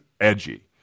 edgy